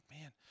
man